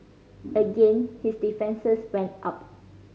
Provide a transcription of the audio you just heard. again his defences went up